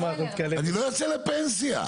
אני לא יוצא לפנסיה.